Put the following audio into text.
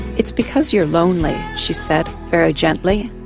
it's because you're lonely she said very gently.